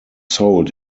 sold